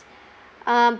um